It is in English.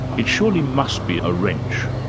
it surely must be a wrench.